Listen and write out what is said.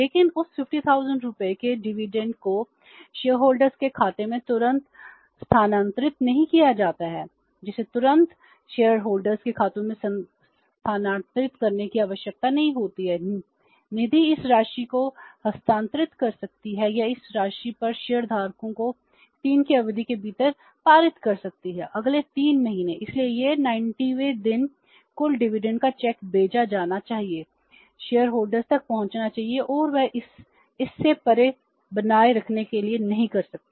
लेकिन उस 50000 रुपये के डिविडेंड तक पहुँचने चाहिए और वे इसे से परे बनाए रखने के लिए नहीं कर सकते